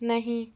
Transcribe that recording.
नहीं